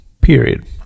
period